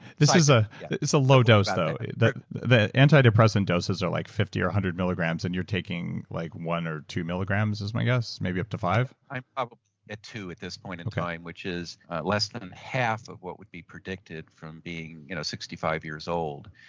this is ah is a low-dose though. the the antidepressant doses are like fifty or one hundred milligrams, and you're taking like one or two milligrams, is my guess? maybe up to five? i'm at two at this point in time, which is less than half of what would be predicted from being you know sixty five years old.